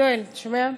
יואל, אתה שומע?